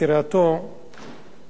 מאוד הצטערתי,